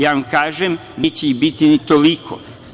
Ja vam kažem da ih neće biti ni toliko.